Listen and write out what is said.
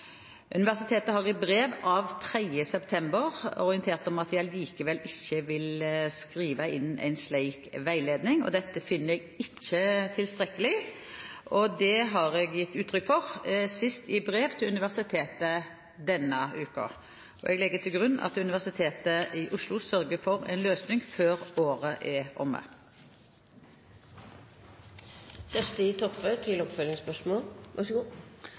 Universitetet har i brev av 3. september orientert om at de allikevel ikke vil skrive inn en slik veiledning. Dette finner jeg ikke tilstrekkelig, og det har jeg gitt uttrykk for – sist i brev til universitetet denne uken. Jeg legger til grunn at Universitetet i Oslo sørger for en løsning før året er omme.